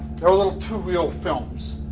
told um to reel films